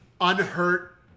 unhurt